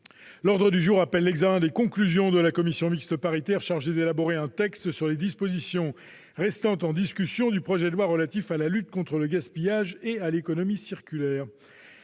L'ordre du jour appelle l'examen des conclusions de la commission mixte paritaire chargée d'élaborer un texte sur les dispositions restant en discussion du projet de loi relatif à la lutte contre le gaspillage et à l'économie circulaire